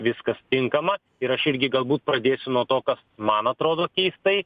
viskas tinkama ir aš irgi galbūt pradėsiu nuo to kas man atrodo keistai